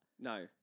No